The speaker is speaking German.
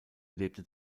lebte